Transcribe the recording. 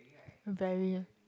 very